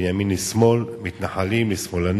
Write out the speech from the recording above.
בין ימין לשמאל, מתנחלים לשמאלנים.